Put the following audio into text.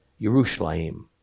Yerushalayim